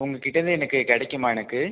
உங்கள் கிட்டே இருந்து எனக்கு கிடைக்குமா எனக்கு